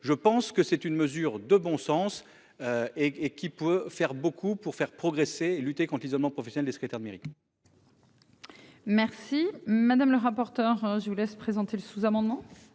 je pense que c'est une mesure de bon sens. Et et qui peut faire beaucoup pour faire progresser lutter conte l'isolement professionnel des secrétaire de mairie. Merci madame le rapporteur. Je vous laisse présenter le sous-amendement.